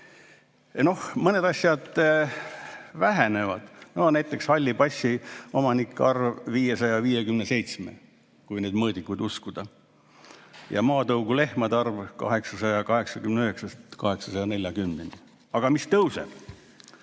48%. Mõned asjad vähenevad. Näiteks halli passi omanike arv 557‑ni, kui neid mõõdikuid uskuda, ja maatõugu lehmade arv 889‑st 840‑ni. Aga mis tõuseb?